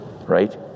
right